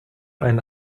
einen